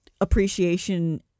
appreciation